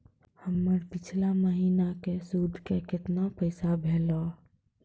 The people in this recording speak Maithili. हमर पिछला महीने के सुध के केतना पैसा भेलौ?